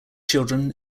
children